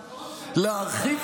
נכון, כי,